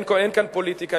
אין כאן פוליטיקה.